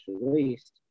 released